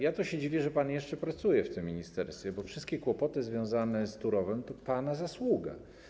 Ja to się dziwię, że pan jeszcze pracuje w tym ministerstwie, bo wszystkie kłopoty związane z Turowem to pana zasługa.